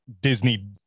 disney